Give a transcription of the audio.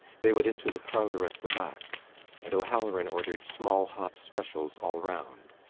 they went into the parlour at the back and o'halloran ordered small hot specials all round.